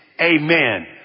amen